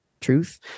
Truth